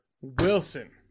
Wilson